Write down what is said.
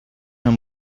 amb